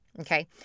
okay